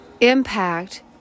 impact